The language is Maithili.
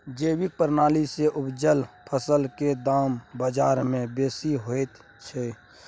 जैविक प्रणाली से उपजल फसल के दाम बाजार में बेसी होयत छै?